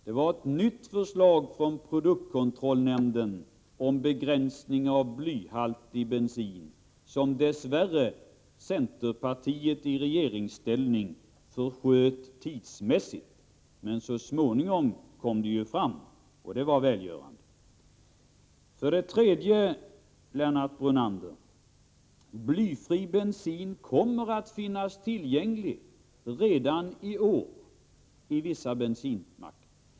Det var ett nytt förslag från produktkontrollnämnden om begränsning av blyhaltig bensin, vilket dess värre centerpartiet i regeringsställning försköt tidsmässigt. Så småningom kom det i alla fall fram, och det var välgörande. Blyfri bensin, Lennart Brunander, kommer att finnas tillgänglig redan i år på vissa bensinmackar.